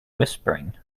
whispering